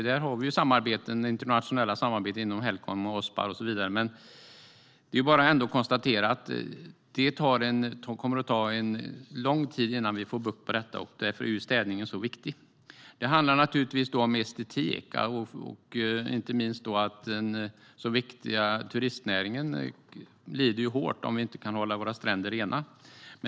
Där har vi internationella samarbeten inom Helcom, Ospar och så vidare, men det är bara att konstatera att det kommer att ta lång tid innan vi får bukt med detta. Det är därför städningen är så viktig. Det handlar om estetik och inte minst om att den så viktiga turistnäringen blir svårt lidande om vi inte kan hålla våra stränder rena.